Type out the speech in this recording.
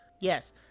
Yes